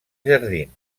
jardins